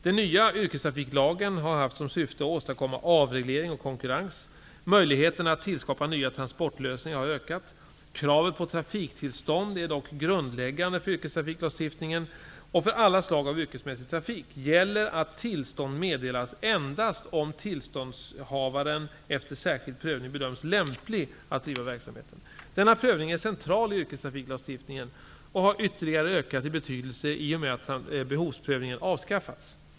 Den nya yrkestrafiklagen har haft som syfte att åstadkomma avreglering och konkurrens. Möjligheterna att tillskapa nya transportlösningar har ökat. Kravet på trafiktillstånd är dock grundläggande för yrkestrafiklagstiftningen, och för alla slag av yrkesmässig trafik gäller att tillstånd meddelas endast om tillståndshavaren efter särskild prövning bedöms lämplig att driva verksamheten. Denna prövning är central i yrkestrafiklagstiftningen och har ytterligare ökat i betydelse i och med att behovsprövningen avskaffats.